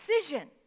decision